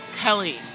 kelly